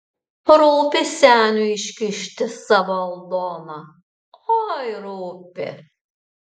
rūpi seniui iškišti savo aldoną oi rūpi